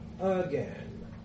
again